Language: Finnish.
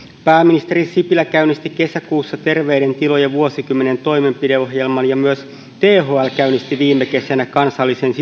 pääministeri sipilä käynnisti kesäkuussa terveiden tilojen vuosikymmen toimenpideohjelman ja myös thl käynnisti viime kesänä kansallisen